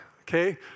okay